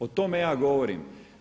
O tome ja govorim.